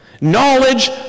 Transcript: Knowledge